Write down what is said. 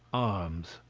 arms,